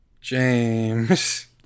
James